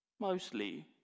mostly